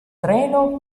treno